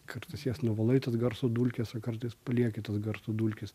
kartais jas nuvalai tas garso dulkes o kartais palieki tas garso dulkes